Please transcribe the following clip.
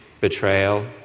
betrayal